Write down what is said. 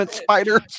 Spider